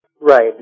Right